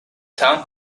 town